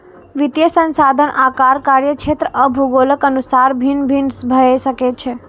वित्तीय संस्थान आकार, कार्यक्षेत्र आ भूगोलक अनुसार भिन्न भिन्न भए सकै छै